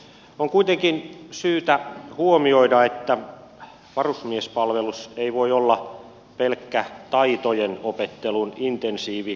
on kuitenkin syytä huomioida että varusmiespalvelus ei voi olla pelkkä taitojen opettelun intensiivikurssi